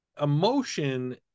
emotion